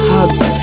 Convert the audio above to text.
Hugs